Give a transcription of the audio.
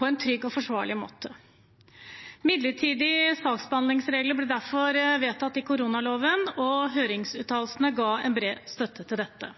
på en trygg og forsvarlig måte. Midlertidige saksbehandlingsregler ble derfor vedtatt i koronaloven, og høringsuttalelsene ga en bred støtte til dette.